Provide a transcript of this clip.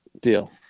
Deal